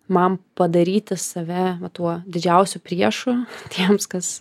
man padaryti save tuo didžiausiu priešu tiems kas